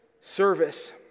service